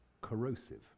corrosive